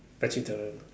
vegetarian